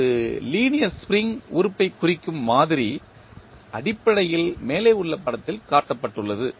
ஒரு linear spring உறுப்பைக் குறிக்கும் மாதிரி அடிப்படையில் மேலே உள்ள படத்தில் காட்டப்பட்டுள்ளது